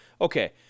Okay